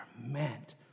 meant